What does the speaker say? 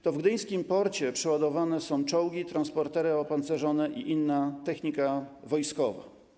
To w gdyńskim porcie przeładowywane są czołgi, transportery opancerzone i inna technika wojskowa.